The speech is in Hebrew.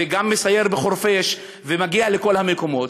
וגם מסייר בחורפיש, ומגיע לכל המקומות.